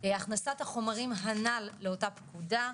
הכנסת החומרים הנ"ל לאותה פקודה,